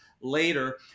later